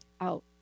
out